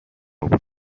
بودم